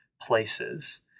places